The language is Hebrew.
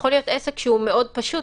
יכול להיות עסק שהוא מאוד פשוט,